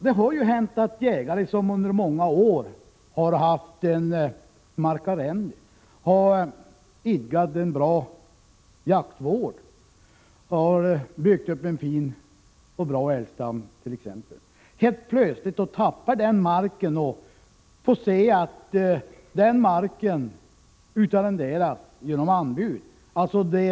Det kan hända att jägare, som under många år haft ett markarrende, har idkat bra jaktvård och har byggt upp en fin älgstam, helt plötsligt förlorar marken och får se att marken utarrenderas genom anbud.